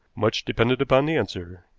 much depended upon the answer.